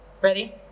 Ready